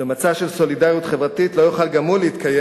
ומצע של סולידריות חברתיות לא יוכל גם הוא להתקיים,